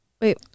wait